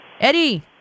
Eddie